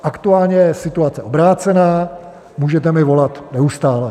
Aktuálně je situace obrácená, můžete mi volat neustále.